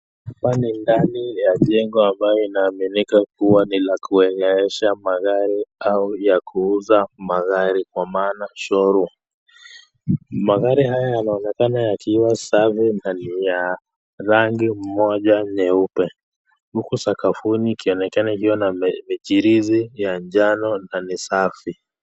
Hapa ni ndani ya jengo ambayo inaaminika kuwa ni la kuonyesha magari au ya kuuza magari kwa maana showroom . Magari haya yanaonekana yakiwa safi na ni ya rangi moja nyeupe. Huku sakafuni ukionekana kikiwa na michirizi ya njano na ni safi.